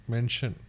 Mention